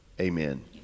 Amen